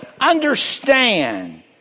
understand